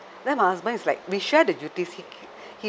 then my husband is like we share the duties he